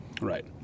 Right